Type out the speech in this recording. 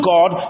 God